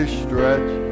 stretch